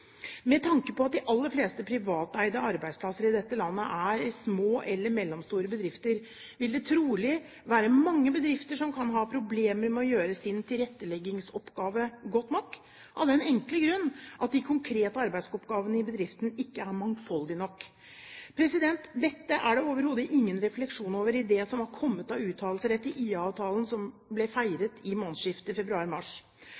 Med tanke på at de aller fleste privateide arbeidsplasser i dette landet er i små eller mellomstore bedrifter, vil det trolig være mange bedrifter som kan ha problemer med å gjøre sin tilretteleggingsoppgave godt nok – av den enkle grunn at de konkrete arbeidsoppgavene i bedriften ikke er mangfoldige nok. Dette er det overhodet ingen refleksjon over i det som har kommet av uttalelser etter IA-avtalen, som ble feiret i